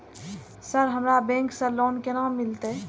Sir हमरा bank से loan केना मिलते?